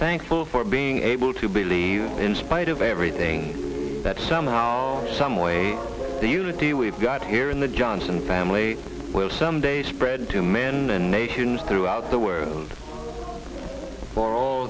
thankful for being able to believe in spite of everything that somehow some way the unity we've got here in the johnson family will someday spread to men and nations throughout the world for